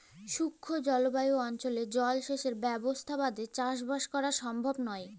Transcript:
শুখা জলভায়ু অনচলে জলসেঁচের ব্যবসথা বাদে চাসবাস করা সমভব লয়